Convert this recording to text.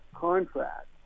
contract